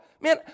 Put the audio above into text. Man